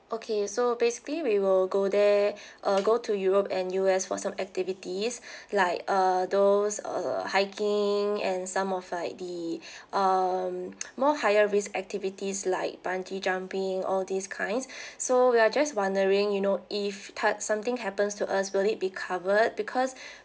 okay so basically we will go there uh go to europe and U_S for some activities like uh those uh hiking and some of like the um more higher risk activities like bungee jumping all these kinds so we are just wondering you know if uh something happens to us will it be covered because